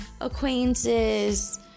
acquaintances